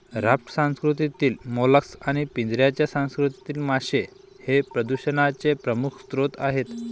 raft संस्कृतीतील mollusc आणि पिंजऱ्याच्या संस्कृतीतील मासे हे प्रदूषणाचे प्रमुख स्रोत आहेत